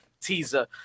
Teaser